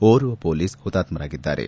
ಓರ್ವ ಪೊಲೀಸ್ ಹುತಾತ್ನರಾಗಿದ್ದಾರೆ